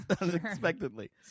Unexpectedly